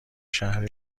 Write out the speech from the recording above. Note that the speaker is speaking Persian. شهر